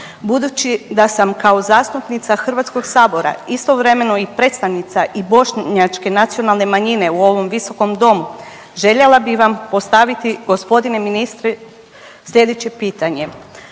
Budući da sam kao zastupnica Hrvatskog sabora istovremeno i predstavnica i bošnjačke nacionalne manjine u ovom visokom domu željela bih vam postaviti gospodine ministre slijedeće pitanje.